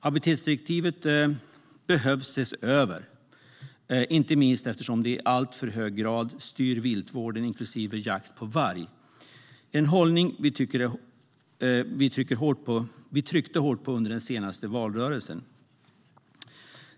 Habitatdirektivet behöver ses över, inte minst eftersom det i alltför hög grad styr viltvården, inklusive jakt på varg, en hållning som vi tryckte hårt på under den senaste valrörelsen.